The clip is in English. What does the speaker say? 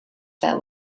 that